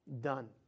Done